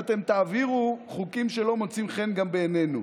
ואתם תעבירו חוקים שלא מוצאים חן גם בעינינו.